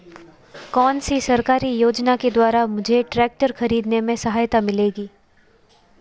कौनसी सरकारी योजना के द्वारा मुझे ट्रैक्टर खरीदने में सहायता मिलेगी?